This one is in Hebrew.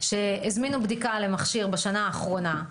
והעמק שהזמינו בדיקה למכשיר בשנה האחרונה,